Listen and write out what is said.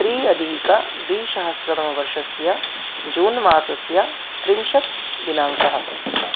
त्रि अधिकद्विसहस्रतमवर्षस्य जून्मासस्य त्रिंशद्दिनाङ्कः